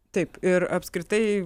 taip ir apskritai